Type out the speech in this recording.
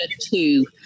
two